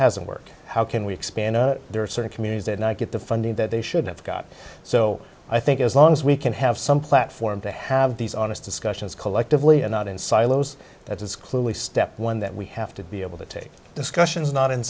hasn't worked how can we expand there are certain communities did not get the funding that they should have got so i think as long as we can have some platform to have these honest discussions collectively and not in silos that is clearly step one that we have to be able to take discussions not in